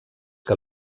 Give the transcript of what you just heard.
que